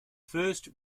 first